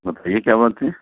بتائیے کیا بات ہے